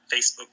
Facebook